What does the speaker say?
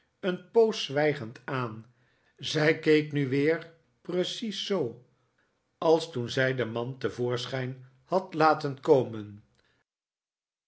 een poos zwijgend aan zij keek nu weer precies zoo als toen zij den man te voorschijn had laten komen